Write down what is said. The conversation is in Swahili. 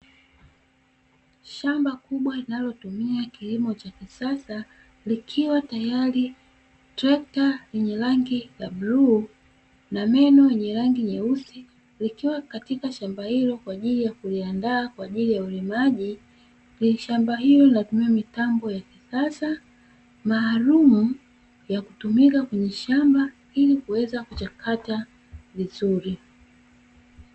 Shamba kubwa linalotumia kilimo cha kisasa likiwa tayari. Trekta lenye rangi ya bluu na meno yenye rangi nyeusi, likiwa katika shamba hilo kwa ajili ya kuliandaa kwa ajili ya ulimaji, pia shamba hilo linatumia mitambo ya kisasa, maalumu ya kutumika kwenye shamba ili kuweza kuchakata vizuri.